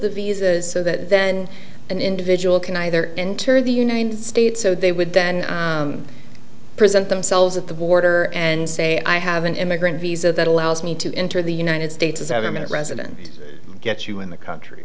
visas so that then an individual can either enter the united states so they would then present themselves at the border and say i have an immigrant visa that allows me to enter the united states a seven minute resident gets you in the country